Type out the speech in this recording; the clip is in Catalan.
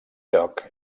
lloc